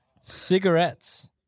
cigarettes